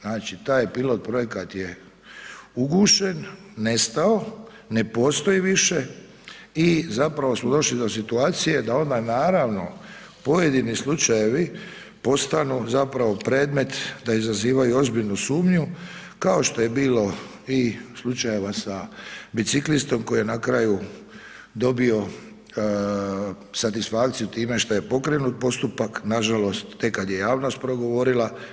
Znači, taj pilot-projekat je ugušen, nestao, ne postoji više i zapravo smo došli do situacije da onda, naravno pojedini slučajevi postanu zapravo predmet da izazivaju ozbiljnu sumnju, kao što je bilo i slučajeva sa biciklistom, koji je na kraju dobio satisfakciju time što je pokrenut postupak nažalost tek kad je javnost progovorila.